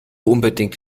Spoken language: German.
unbedingt